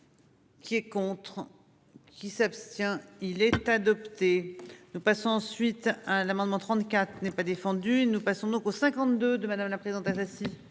Qui est contre qui s'abstient. Il est adopté. Nous passe ensuite l'amendement 34 n'est pas défendu, nous passons donc aux 52 de madame la présidente à.